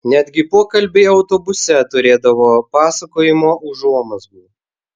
netgi pokalbiai autobuse turėdavo pasakojimo užuomazgų